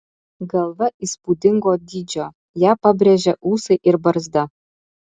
galva įspūdingo dydžio ją pabrėžia ūsai ir barzda